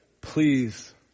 Please